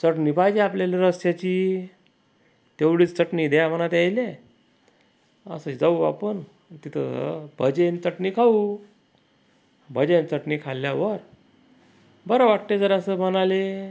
चटणी पाहिजे आपल्याला रश्शाची तेवढीच चटणी द्या म्हणा त्याइले असे जाऊ आपण तिथं भजे न् चटणी खाऊ भजे न् चटणी खाल्ल्यावर बरं वाटते जरासं मनाला